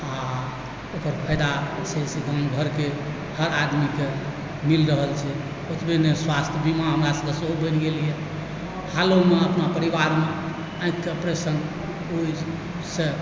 आओर ओकर फायदा जे छै से हर घरके हर आदमीकेँ मिलि रहल छै ओतबे नहि स्वास्थ्य बीमा हमरा सबके सेहो बनि गेल यऽ हालोमे अपना परिवारमे आँखिकेँ आपरेशन ओहिसँ